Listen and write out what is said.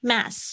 Mass